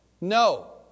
No